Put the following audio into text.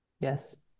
yes